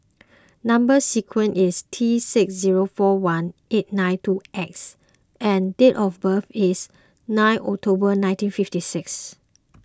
Number Sequence is T six zero four one eight nine two X and date of birth is nine October nineteen fifty six